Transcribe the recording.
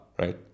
right